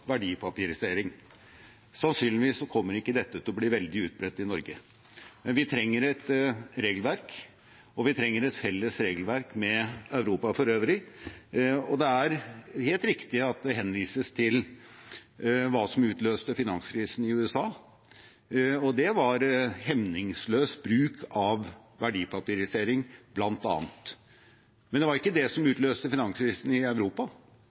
verdipapirisering. Sannsynligvis kommer ikke dette til å bli veldig utbredt i Norge, men vi trenger et regelverk, og vi trenger et felles regelverk med Europa for øvrig. Det er helt riktig når det henvises til hva som utløste finanskrisen i USA – det var hemningsløs bruk av verdipapirisering, bl.a. Men det var ikke det som utløste finanskrisen i Europa,